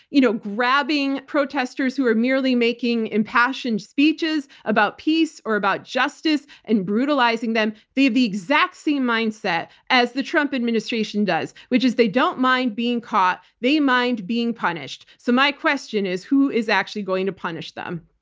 you know grabbing protesters who are merely making impassioned speeches about peace or about justice and brutalizing them. they have the exact same mindset as the trump administration does, which is they don't mind being caught, they mind being punished. so, my question is who is actually going to punish them?